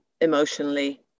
emotionally